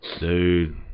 Dude